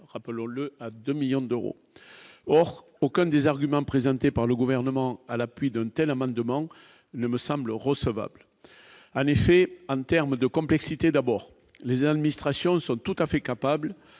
rappelons-le, à 2 millions d'euros, or aucun des arguments présentés par le gouvernement à l'appui, donne-t-elle amendements ne me semble recevable à en termes de complexité, d'abord, les administrations sont tout à fait capable